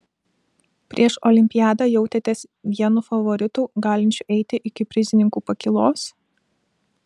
prieš olimpiadą jautėtės vienu favoritų galinčiu eiti iki prizininkų pakylos